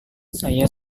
saya